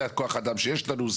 זה כוח האדם שיש לנו,